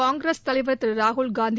காங்கிரஸ் தலைவர் திரு ராகுல் காந்தி